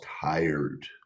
tired